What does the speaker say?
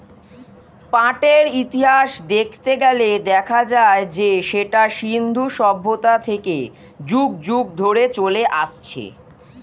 পাটের ইতিহাস দেখতে গেলে দেখা যায় যে সেটা সিন্ধু সভ্যতা থেকে যুগ যুগ ধরে চলে আসছে